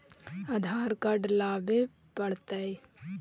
आधार card लाबे पड़तै?